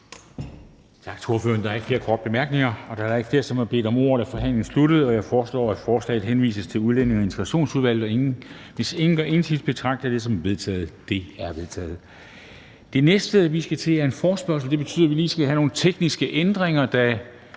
Tak til ordføreren. Der er ikke flere korte bemærkninger. Da der ikke er flere, som har bedt om ordet, er forhandlingen sluttet. Jeg foreslår, at forslaget henvises til Udlændinge- og Integrationsudvalget. Hvis ingen gør indsigelse, betragter jeg det som vedtaget. Det er vedtaget. Det næste, vi skal til, er en forespørgsel. Det betyder, at vi lige skal have lavet nogle tekniske ændringer, da